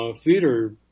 theater